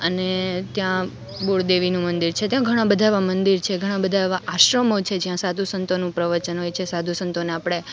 અને ત્યાં બોળદેવીનું મંદિર છે ત્યાં ઘણાં બધાં એવા મંદિર છે ઘણાં બધાં એવા આશ્રમો છે જયાં સાધુ સંતોનું પ્રવચન હોય છે સાધુ સંતોને આપણે